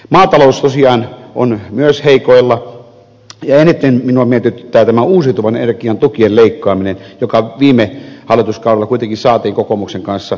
maatalous tosiaan on myös heikoilla ja eniten minua mietityttää tämä uusiutuvan energian tukien leikkaaminen kun tuet viime hallituskaudella kuitenkin saatiin kokoomuksen kanssa hyvin vauhtiin